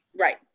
Right